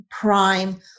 prime